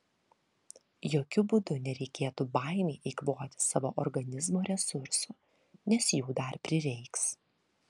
jokiu būdu nereikėtų baimei eikvoti savo organizmo resursų nes jų dar prireiks